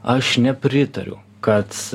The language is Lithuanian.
aš nepritariu kad